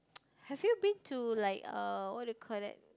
have you been to like uh what do you call that